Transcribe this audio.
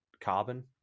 carbon